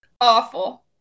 Awful